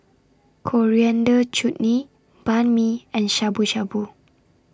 Coriander Chutney Banh MI and Shabu Shabu